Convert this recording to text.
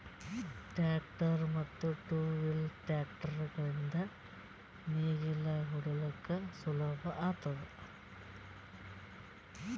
tractor ಮತ್ತ್ two wheel tractor ಗಳಿಂದ್ ನೇಗಿಲ ಹೊಡಿಲುಕ್ ಸುಲಭ ಆತುದ